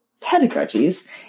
Pedagogies